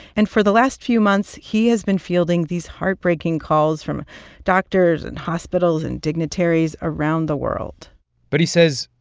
and for the last few months, he has been fielding these heartbreaking calls from doctors and hospitals and dignitaries around the world but, he says,